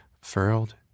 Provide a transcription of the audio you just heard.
furled